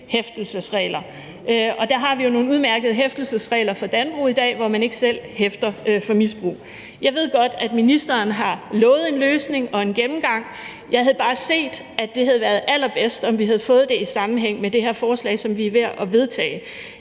hæftelsesregler, og der har vi jo nogle udmærkede hæftelsesregler for dankort i dag, hvor man ikke selv hæfter for misbrug. Jeg ved godt, at ministeren har lovet en løsning og en gennemgang. Jeg havde bare set, at det havde været allerbedst, om vi havde fået det i sammenhæng med det her forslag, som vi er ved at vedtage.